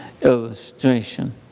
illustration